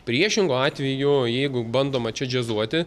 priešingu atveju jeigu bandoma čia džiazuoti